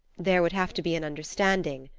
there would have to be an understanding,